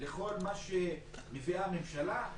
לכל מה שמביאה הממשלה?